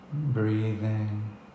Breathing